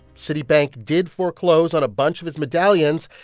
citibank did foreclose on a bunch of his medallions.